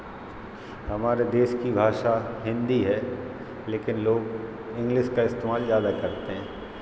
हमारे देश की भाषा हिन्दी है लेकिन लोग इंग्लिश का इस्तेमाल ज़्यादा करते हैं